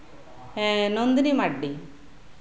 ᱦᱮᱸ ᱱᱚᱱᱫᱤᱱᱤ ᱢᱟᱨᱰᱤ